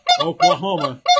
Oklahoma